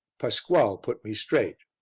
pasquale put me straight.